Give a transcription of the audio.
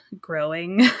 growing